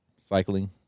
cycling